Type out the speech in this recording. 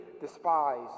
despised